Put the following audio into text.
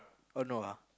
oh no lah